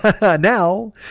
now